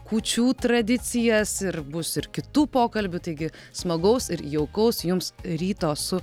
kūčių tradicijas ir bus ir kitų pokalbių taigi smagaus ir jaukaus jums ryto su